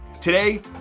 Today